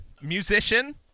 musician